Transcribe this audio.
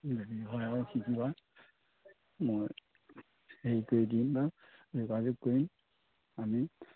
যদি হয় আৰু শিকি লোৱা মই হেৰি কৰি দিম বাৰু যোগাযোগ কৰিম আমি